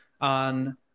on